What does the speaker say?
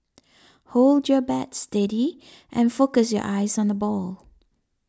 hold your bat steady and focus your eyes on the ball